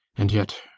and yet,